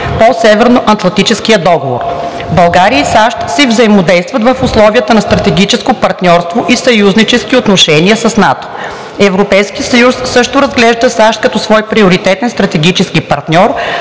по Северноатлантическия договор. България и САЩ си взаимодействат в условията на стратегическо партньорство и съюзнически отношения с НАТО. Европейският съюз също разглежда САЩ като свой приоритетен стратегически партньор,